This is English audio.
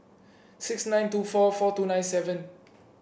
six nine two four four two nine seven